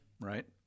Right